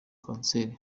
kanseri